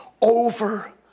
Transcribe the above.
over